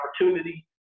opportunity